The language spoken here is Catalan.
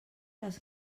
les